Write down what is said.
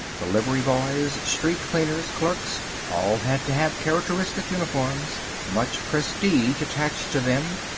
delivery boys, street cleaners, clerks all had to have characteristic uniforms. much prestige attached to them,